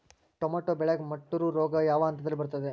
Tomato ಬೆಳೆಗೆ ಮುಟೂರು ರೋಗ ಯಾವ ಹಂತದಲ್ಲಿ ಬರುತ್ತೆ?